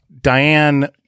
Diane